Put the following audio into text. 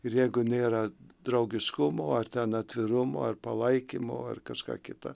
ir jeigu nėra draugiškumo ar ten atvirumo ir palaikymo ar kažką kita